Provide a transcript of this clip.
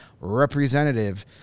representative